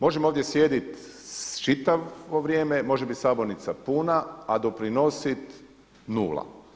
Možemo ovdje sjediti čitavo vrijeme, može biti sabornica puna a doprinositi nula.